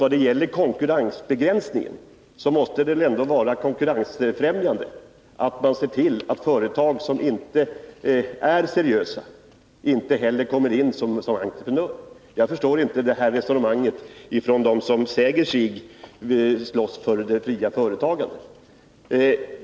Vad beträffar frågan om konkurrensbegränsning måste det väl ändå vara konkurrenbefrämjande att man ser till att företag som inte är seriösa inte heller kommer in som entreprenör. Jag förstår inte det här resonemanget från dem som säger sig slåss för det fria företagandet.